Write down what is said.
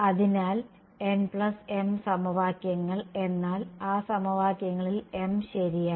അതിനാൽ nm സമവാക്യങ്ങൾ എന്നാൽ ആ സമവാക്യങ്ങളിൽ m ശരിയാണ്